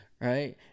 right